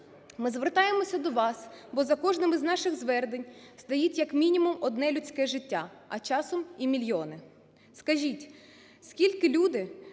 Ми звертаємося до вас, бо за кожним з наших звернень стоїть як мінімум одне людське життя, а часом і мільйони. Скажіть, скільки люди